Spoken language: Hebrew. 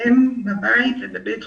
הם חולים בבית ובבית חולים,